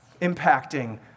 impacting